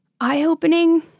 eye-opening